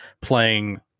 playing